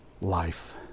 life